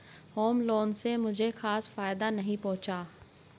home loan से मुझे कुछ खास फायदा नहीं पहुंचा